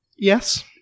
Yes